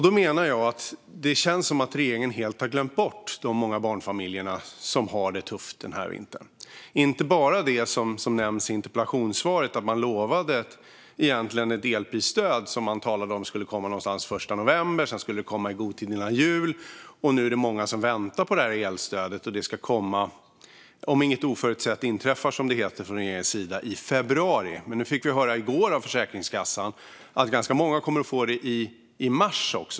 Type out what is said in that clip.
Då menar jag att det känns som att regeringen helt har glömt bort de många barnfamiljer som har det tufft denna vinter. Det handlar bland annat om det som nämns i interpellationssvaret, det utlovade elprisstöd som man först sa skulle komma någonstans runt den 1 november och sedan i god tid före jul. Nu är det många som väntar på detta stöd. Om inget oförutsett inträffar, som det heter från regeringens sida, ska det komma i februari. Nu fick vi dock i går höra av Försäkringskassan att ganska många kommer att få det i mars.